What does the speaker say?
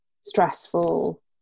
stressful